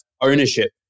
ownership